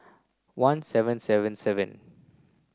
one seven seven seven